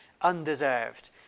undeserved